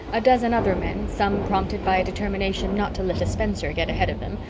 a dozen other men, some prompted by a determination not to let a spencer get ahead of them,